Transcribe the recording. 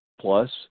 plus